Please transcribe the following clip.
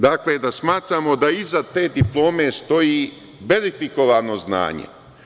Dakle, da smatramo da iza te diplome stoji verifikovano znanje.